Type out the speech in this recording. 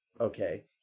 okay